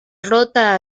rota